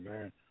man